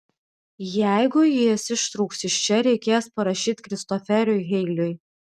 jeigu jis ištrūks iš čia reikės parašyti kristoferiui heilui